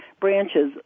branches